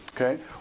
Okay